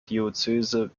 diözese